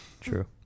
True